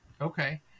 Okay